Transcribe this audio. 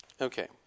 Okay